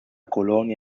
colonia